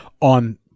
on